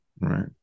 right